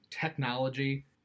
technology